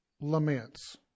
laments